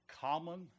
common